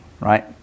right